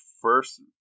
first